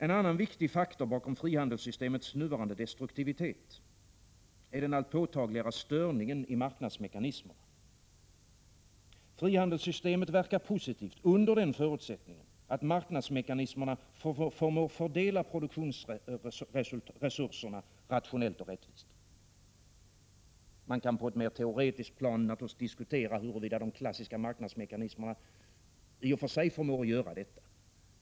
En annan viktig faktor bakom frihandelssystemets nuvarande destruktivitet är den allt påtagligare störningen i marknadsmekanismerna. Frihandelssystemet verkar positivt under den förutsättningen att marknadsmekanismerna förmår fördela produktionsresurserna rationellt och rättvist. Man kan på ett mer teoretiskt plan naturligtvis diskutera huruvida de klassiska marknadsmekanismerna i och för sig förmår göra detta.